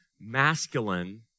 masculine